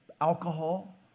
alcohol